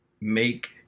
make